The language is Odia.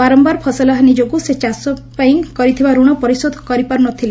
ବାରମ୍ୟାର ଫସଲହାନୀ ଯୋଗୁଁ ସେ ଚାଷ ପାଇଁ କରିଥିବା ଋଣ ପରିଶୋଧ କରି ପାରୁ ନଥିଲେ